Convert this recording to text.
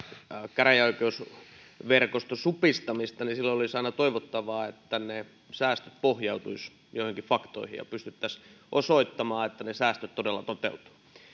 käräjäoikeusverkoston supistamista niin silloin olisi aina toivottavaa että ne säästöt pohjautuisivat joihinkin faktoihin ja pystyttäisiin osoittamaan että ne säästöt todella